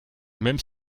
même